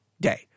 day